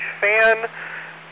fan